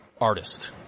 artist